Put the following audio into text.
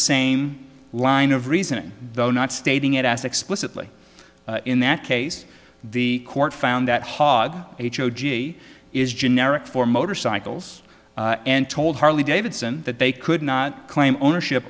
same line of reasoning though not stating it as explicitly in that case the court found that hog h o g a is generic for motorcycles and told harley davidson that they could not claim ownership